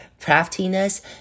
craftiness